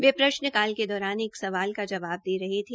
वह प्रश्नकाल के दौरान एक सवाल का जवाब दे रहे थे